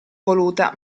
voluta